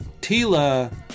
Tila